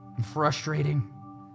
Frustrating